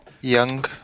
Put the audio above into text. Young